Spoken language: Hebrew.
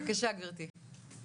בבקשה, גברתי.